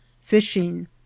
fishing